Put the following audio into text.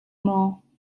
maw